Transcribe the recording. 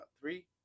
Three